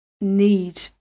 need